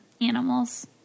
animals